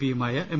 പിയുമായ M